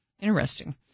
Interesting